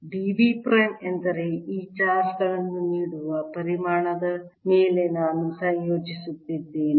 d v prime ಎಂದರೆ ಈ charge ಗಳನ್ನು ನೀಡುವ ಪರಿಮಾಣದ ಮೇಲೆ ನಾನು ಸಂಯೋಜಿಸುತ್ತಿದ್ದೇನೆ